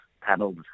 panel